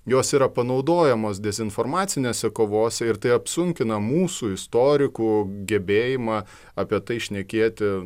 jos yra panaudojamos dezinformacinėse kovose ir tai apsunkina mūsų istorikų gebėjimą apie tai šnekėti